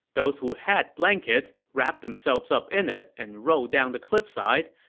those who had blankets wrapped themselves up in it and rolled down the cliffside.